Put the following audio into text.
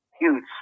huge